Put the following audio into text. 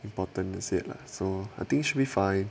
important to sit lah so I think should be fine